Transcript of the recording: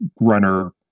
runner